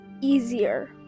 easier